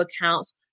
accounts